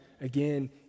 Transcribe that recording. again